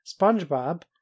Spongebob